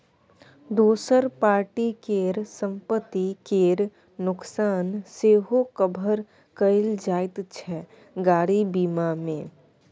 दोसर पार्टी केर संपत्ति केर नोकसान सेहो कभर कएल जाइत छै गाड़ी बीमा मे